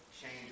change